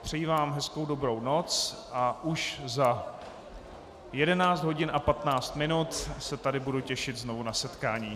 Přeji vám hezkou dobrou noc a už za 11 hodin a 15 minut se tady budu těšit znovu na setkání.